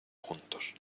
juntos